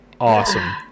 awesome